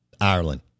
Ireland